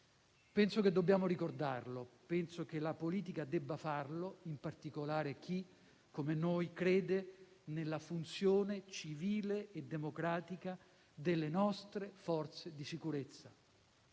Penso che dobbiamo ricordarlo, penso che la politica debba farlo, in particolare chi, come noi, crede nella funzione civile e democratica delle nostre forze di sicurezza.